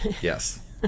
Yes